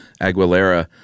Aguilera